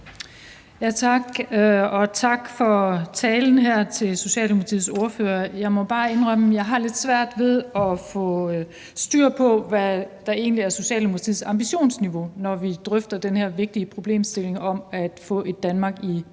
Tak, og tak til Socialdemokratiets ordfører for talen her. Jeg må bare indrømme, at jeg har lidt svært ved at få styr på, hvad der egentlig er Socialdemokratiets ambitionsniveau, når vi drøfter den her vigtige problemstilling om at få et Danmark i